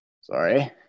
Sorry